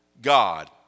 God